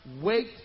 wait